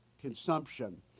consumption